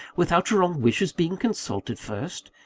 without your own wishes being consulted first?